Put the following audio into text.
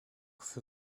für